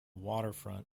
waterfront